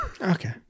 okay